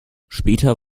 später